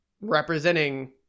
representing